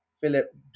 Philip